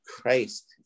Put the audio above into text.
Christ